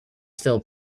still